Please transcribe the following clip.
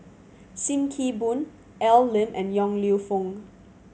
Sim Kee Boon Al Lim and Yong Lew Foong